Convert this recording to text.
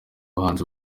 bahanzi